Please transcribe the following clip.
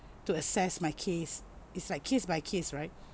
to assess my case is like case by case right